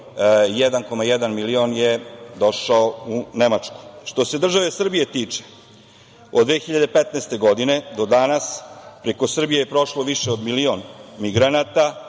1,1 milion je došao u Nemačku. Što se države Srbije tiče, od 2015. godine do danas preko Srbije je prošlo nešto više od milion migranata.